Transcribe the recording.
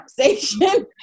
conversation